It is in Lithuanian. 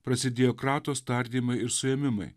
prasidėjo kratos tardymai ir suėmimai